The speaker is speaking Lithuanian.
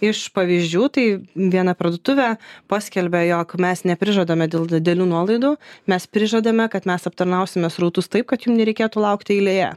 iš pavyzdžių tai viena parduotuvė paskelbė jog mes neprižadame dėl didelių nuolaidų mes prižadame kad mes aptarnausime srautus taip kad jum nereikėtų laukti eilėje